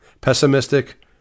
pessimistic